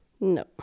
No